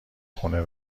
خونه